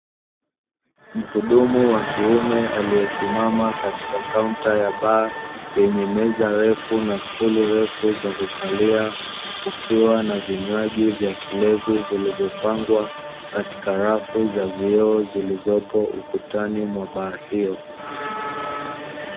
Mhudumu wa kiume aliyesimama katika kaunta ya baa, yenye meza refu na stuli refu za kukalia, kukiwa na vinywaji vya kilevi vilivyopangwa katika rafu za vioo, zilizopo ukutani mwa baa hiyo.